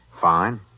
Fine